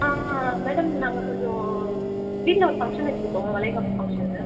ஆ madam நாங்கள் கொஞ்சம் வீட்டில் ஒரு ஃபங்க்ஷன் வச்சுருக்கோம் வளைகாப்பு ஃபங்க்ஷனு